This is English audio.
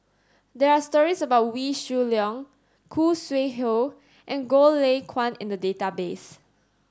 there are stories about Wee Shoo Leong Khoo Sui Hoe and Goh Lay Kuan in the database